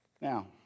Now